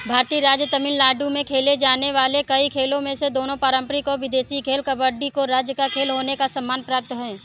भारतीय राज्य तमिलनाडु में खेले जाने वाले कई खेलों में से दोनों पारम्परिक और विदेशी खेल कबड्डी को राज्य का खेल होने का सम्मान प्राप्त है